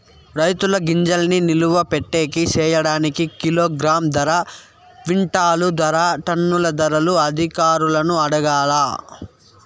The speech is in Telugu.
రైతుల గింజల్ని నిలువ పెట్టేకి సేయడానికి కిలోగ్రామ్ ధర, క్వింటాలు ధర, టన్నుల ధరలు అధికారులను అడగాలా?